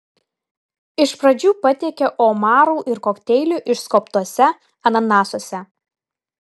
iš pradžių patiekė omarų ir kokteilių išskobtuose ananasuose